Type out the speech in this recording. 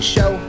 Show